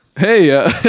Hey